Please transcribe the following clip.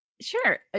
Sure